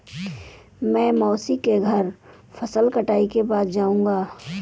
मैं मौसी के घर फसल कटाई के बाद जाऊंगा